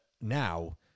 now